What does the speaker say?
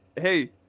hey